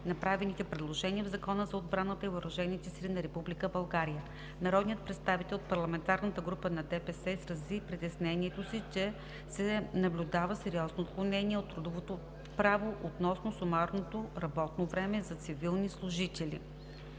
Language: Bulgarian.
направените предложения в Закона за отбраната и въоръжените сили на Република България. Народният представител от парламентарната група на ДПС изрази притеснението си, че се наблюдава сериозно отклонение от трудовото право относно сумарното работно време за цивилни служители.